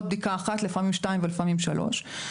בדיקה אחת ולפעמים שתיים ולפעמים שלוש.